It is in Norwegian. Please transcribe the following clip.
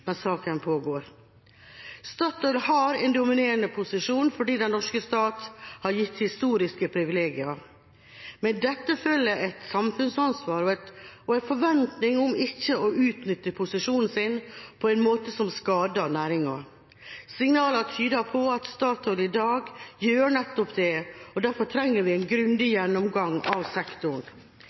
saken pågår? Statoil har en dominerende posisjon fordi den norske stat har gitt historiske privilegier. Med dette følger et samfunnsansvar og en forventning om ikke å utnytte posisjonen sin på en måte som skader næringen. Signalene tyder på at Statoil i dag gjør nettopp det, og derfor trenger vi en grundig gjennomgang av sektoren.